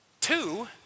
two